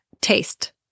taste